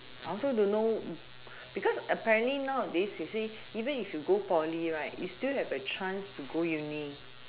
I also don't know because apparently nowadays you see even if you go poly right you still have a chance to go uni